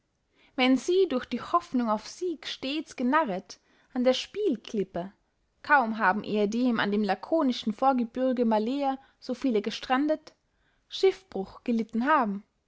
wenn sie durch die hoffnung auf sieg stets genarret an der spielklippe kaum haben ehedem an dem lakonischen vorgebürge malea so viele gestrandet schiffbruch gelitten haben